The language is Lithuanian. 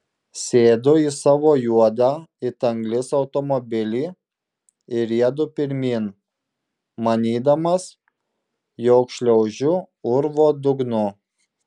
sėdu į savo juodą it anglis automobilį ir riedu pirmyn manydamas jog šliaužiu urvo dugnu